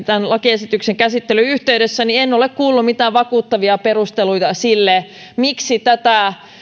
tämän lakiesityksen käsittelyn yhteydessä en ole kuullut mitään vakuuttavia perusteluita sille miksi tätä